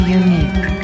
unique